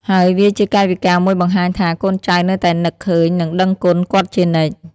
ហើយវាជាកាយវិការមួយបង្ហាញថា កូនចៅនៅតែនឹកឃើញ និងដឹងគុណគាត់ជានិច្ច។